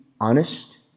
honest